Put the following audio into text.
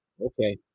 Okay